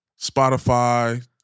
Spotify